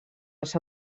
els